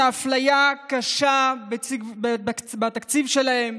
מאפליה קשה בתקציב שלהם.